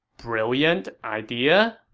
brilliant idea